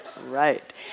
Right